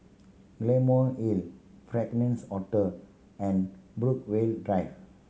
Claymore Hill Fragrance Hotel and Brookvale Drive